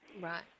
Right